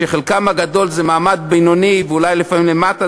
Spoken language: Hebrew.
שחלקן הגדול הוא מעמד בינוני ולפעמים אולי למטה,